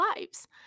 lives